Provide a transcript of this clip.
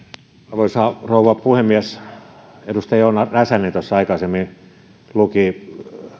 arvoisa rouva puhemies edustaja joona räsänen tuossa aikaisemmin luki